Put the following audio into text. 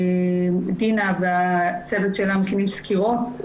דינה והצוות שלה מקימים סקירות.